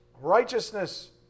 righteousness